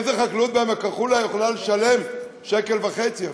איזה חקלאות בעמק-החולה יכולה לשלם 1.5 שקל אפילו?